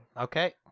Okay